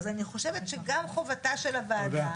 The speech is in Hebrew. אז אני חושבת שגם חובתה של הוועדה